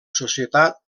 societat